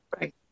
right